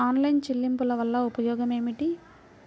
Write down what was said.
Online చెల్లింపుల వల్ల ఉపయోగమేమిటీ?